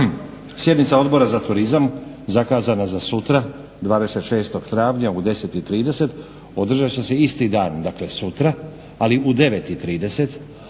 Sjednica Odbora za turizam zakazana za sutra 26. travnja u 10,30 održat će se isti dan, dakle sutra, ali u 9,30